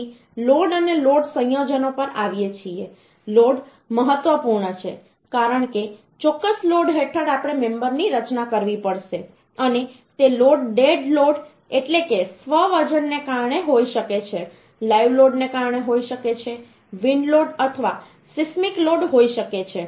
પછી લોડ અને લોડ સંયોજનો પર આવીએ છીએ લોડ મહત્વપૂર્ણ છે કારણ કે ચોક્કસ લોડ હેઠળ આપણે મેમબરની રચના કરવી પડશે અને તે લોડ ડેડ લોડ એટલે કે સ્વ વજનને કારણે હોઈ શકે છે લાઈવ લોડ ને કારણે હોઈ શકે છે વિન્ડ લોડ અથવા સિસ્ટમિક લોડ હોઈ શકે છે